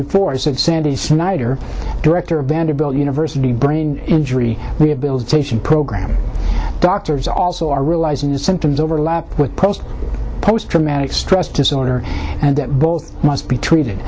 said sandy snyder director of vanderbilt university brain injury rehabilitation program doctors also are realizing the symptoms overlap with post post traumatic stress disorder and both must be treated